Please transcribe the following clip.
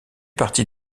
partie